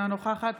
אינה נוכחת